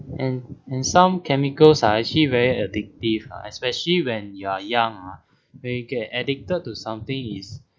and and some chemicals are actually very addictive ah especially when you are young ah when you get addicted to something is